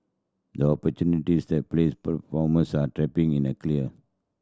the opportunity that plays platforms are tapping in a clear